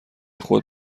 خود